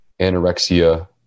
anorexia